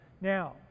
Now